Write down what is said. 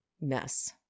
mess